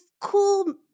cool